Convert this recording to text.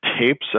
tapes